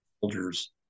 soldiers